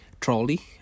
Trolley